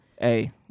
Hey